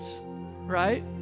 Right